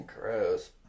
Gross